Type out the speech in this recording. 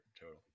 total